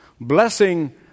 Blessing